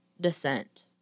descent